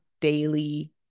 daily